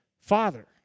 Father